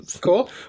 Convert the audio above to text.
Cool